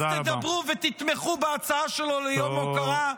אז תדברו ותתמכו בהצעה שלו ליום הוקרה.